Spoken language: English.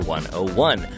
101